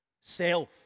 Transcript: self